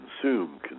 consume